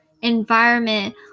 environment